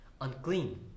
unclean